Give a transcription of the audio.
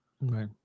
Right